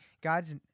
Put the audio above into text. God's